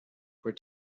were